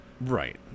Right